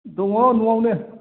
दङ न'आवनो